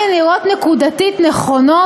גם אם נקודתית הן נראות נכונות,